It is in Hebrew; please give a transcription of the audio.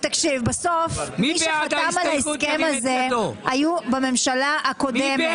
בסוף מי שחתם על ההסכם הזה היו בממשלה הקודמת.